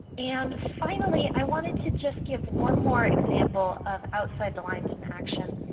and finally, i wanted to just give one more example of outside the lines in action.